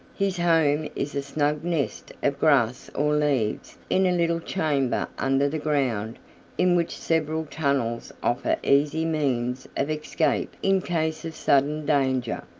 his home is a snug nest of grass or leaves in a little chamber under the ground in which several tunnels offer easy means of escape in case of sudden danger.